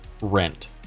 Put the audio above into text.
rent